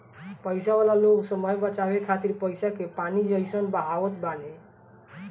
पईसा वाला लोग समय बचावे खातिर पईसा के पानी जइसन बहावत बाने